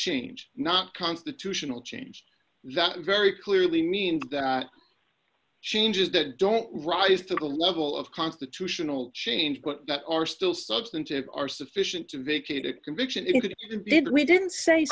change not constitutional change that very clearly means that changes that don't rise to the level of constitutional change but that are still substantive are sufficient to vacate a conviction if it did we didn't say